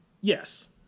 Yes